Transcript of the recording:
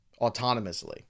autonomously